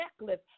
necklace